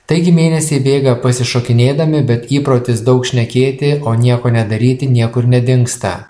taigi mėnesiai bėga pasišokinėdami bet įprotis daug šnekėti o nieko nedaryti niekur nedingsta